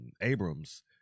abrams